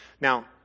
Now